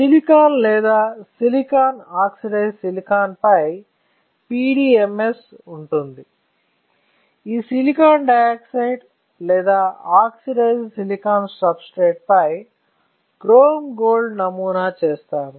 silicon లేదా silicon oxidised silicon పై PDMS ఉంటుంది ఈ సిలికాన్ డయాక్సైడ్ లేదా ఆక్సిడైజ్డ్ సిలికాన్ సబ్స్ట్రేట్ పై క్రోమ్ గోల్డ్ నమూనా చేస్తాము